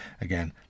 again